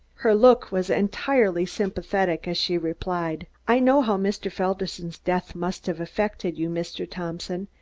her look was entirely sympathetic as she replied. i know how mr. felderson's death must have affected you, mr. thompson,